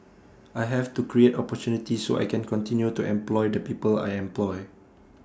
I have to create opportunity so I can continue to employ the people I employ